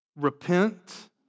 Repent